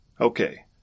Okay